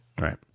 Right